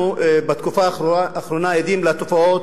אנחנו בתקופה האחרונה עדים לתופעות,